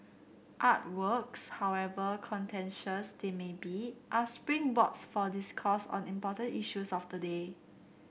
artworks however contentious they may be are springboards for discourse on important issues of the day